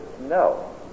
no